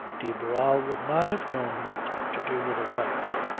de barral would not have known what to do with a wife.